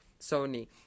Sony